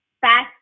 fast